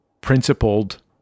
principled